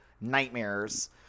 nightmares